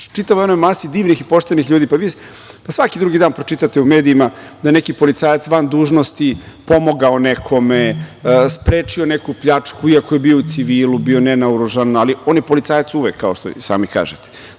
čitavoj onoj masi divnih i poštenih ljudi. Pa, vi svaki drugi dan pročitate u medijima da je neki policajac van dužnosti pomogao nekome, sprečio neku pljačku iako je bio u civilu, bio nenaoružan, ali on je policajac uvek, kao što i sami kažete.